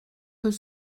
peut